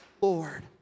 Lord